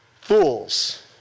fools